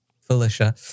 Felicia